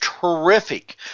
terrific